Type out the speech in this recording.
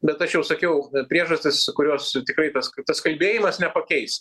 bet aš jau sakiau priežastys kurios tikrai tas tas kalbėjimas nepakeis